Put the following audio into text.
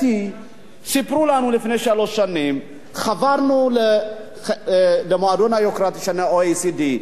סיפרו לנו לפני שלוש שנים שחברנו למועדון היוקרתי של ה-OECD,